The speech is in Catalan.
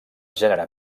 gènere